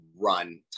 run